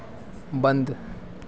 बंद